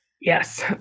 yes